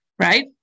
Right